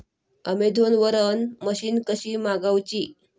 Amazon वरन machine कशी मागवची?